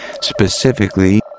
Specifically